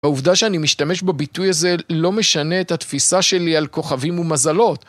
העובדה שאני משתמש בביטוי הזה לא משנה את התפיסה שלי על כוכבים ומזלות